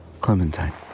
Clementine